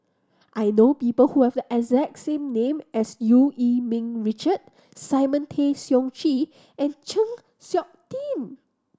I know people who have the exact same name as Eu Yee Ming Richard Simon Tay Seong Chee and Chng Seok Tin